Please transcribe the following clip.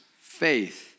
faith